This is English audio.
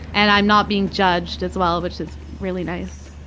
and i'm not being judged as well, which is really nice.